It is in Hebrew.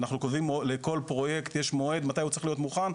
ואנחנו קובעים לכל פרויקט מתי הוא צריך להיות מוכן,